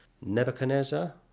Nebuchadnezzar